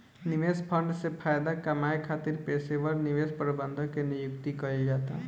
निवेश फंड से फायदा कामये खातिर पेशेवर निवेश प्रबंधक के नियुक्ति कईल जाता